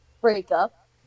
breakup